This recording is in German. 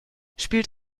spielt